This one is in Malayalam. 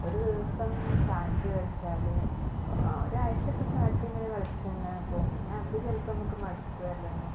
ഒരു ദിവസം സാറ്റ് കളിച്ചാല് ഒരാഴ്ച്ചയൊക്കെ സാറ്റിങ്ങനെ കളിച്ചിങ്ങനെ പോകും പിന്നെ അത് ചിലപ്പോ നമുക്ക് മടിപ്പ് വരല് തുടങ്ങും